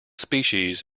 species